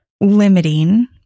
limiting